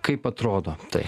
kaip atrodo tai